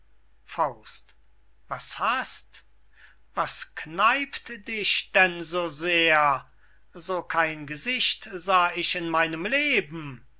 könnte was hast was kneipt dich denn so sehr so kein gesicht sah ich in meinem leben